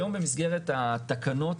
היום במסגרת התקנות,